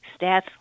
Stats